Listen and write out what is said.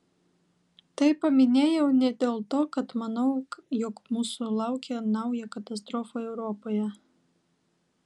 tai paminėjau ne dėl to kad manau jog mūsų laukia nauja katastrofa europoje